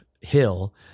Hill